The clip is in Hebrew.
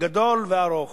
הגדול והארוך?